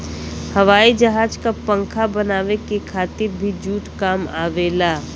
हवाई जहाज क पंखा बनावे के खातिर भी जूट काम आवेला